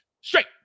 straight